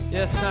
Yes